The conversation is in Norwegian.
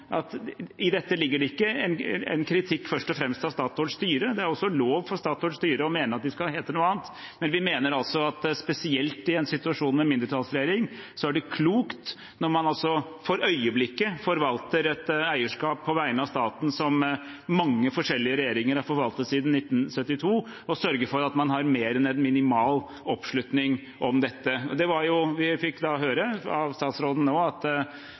at i dette ligger det ikke en kritikk først og fremst av Statoils styre. Det er også lov for Statoils styre å mene at de skal hete noe annet. Vi mener at spesielt i en situasjon med mindretallsregjering er det klokt når man for øyeblikket forvalter et eierskap på vegne av staten, som mange forskjellige regjeringer har forvaltet siden 1972, å sørge for at man har mer enn minimal oppslutning om dette. Vi fikk høre av statsråden nå at